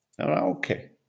Okay